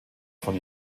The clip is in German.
von